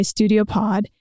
StudioPod